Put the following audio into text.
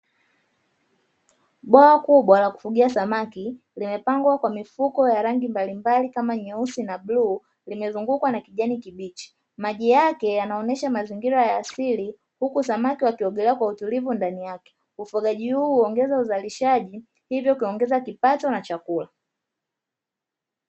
Bwawa kubwa la kufugia samaki limepangwa kwa mifuko ya rangi mbalimbali kama nyeusi na bluu, limezungukwa na kijani kibichi; maji yake yanaonyesha mazingira ya asili, huku samaki wakiogelea kwa utulivu ndani yake ufugaji huu huongeza uzalishaji hivyo kuongeza kipato na chakula.